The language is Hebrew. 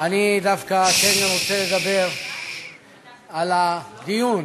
אני דווקא כן רוצה לדבר על הדיון